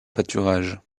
pâturage